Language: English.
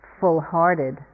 full-hearted